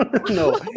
No